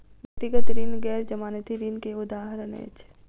व्यक्तिगत ऋण गैर जमानती ऋण के उदाहरण अछि